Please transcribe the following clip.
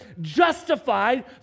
justified